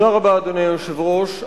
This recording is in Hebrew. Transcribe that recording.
אדוני היושב-ראש,